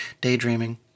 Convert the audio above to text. daydreaming